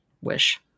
wish